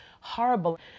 horrible